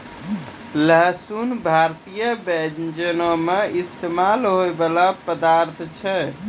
लहसुन भारतीय व्यंजनो मे इस्तेमाल होय बाला पदार्थ छै